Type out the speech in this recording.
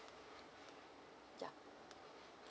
yeah